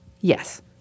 Yes